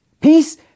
Peace